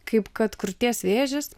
kaip kad krūties vėžis